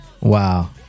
Wow